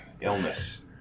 Illness